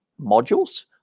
modules